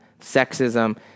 sexism